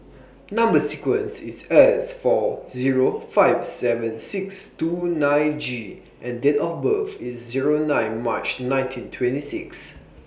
Number sequence IS S four Zero five seven six two nine G and Date of birth IS Zero nine March nineteen twenty six